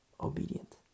Obedient